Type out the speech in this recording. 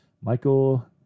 Michael